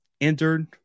entered